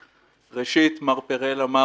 ראשית, מר פרל אמר